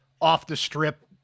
off-the-strip